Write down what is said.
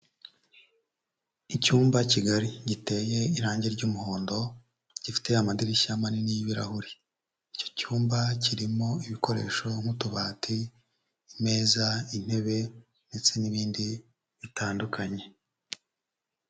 Icyumba kigari giteye irangi ry'umuhondo gifite amadirishya manini y'ibirahuri, icyo cyumba kirimo ibikoresho nk'utubati, imeza, intebe ndetse n'ibindi bitandukanye.